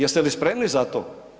Jeste li spremni za to?